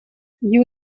you